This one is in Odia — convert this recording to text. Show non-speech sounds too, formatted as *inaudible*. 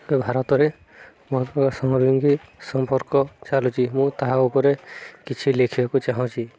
ଭାରତରେ *unintelligible* ସମ୍ପର୍କ ଚାଲୁଛି ମୁଁ ତାହା ଉପରେ କିଛି ଲେଖିବାକୁ ଚାହୁଁଛି